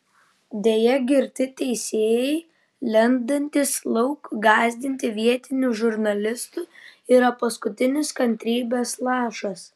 deja girti teisėjai lendantys lauk gąsdinti vietinių žurnalistų yra paskutinis kantrybės lašas